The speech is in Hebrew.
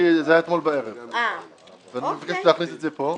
כי זה היה אתמול בערב ואני מבקש להכניס את זה פה.